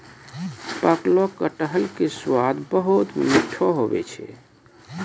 पकलो कटहर के स्वाद बहुत मीठो हुवै छै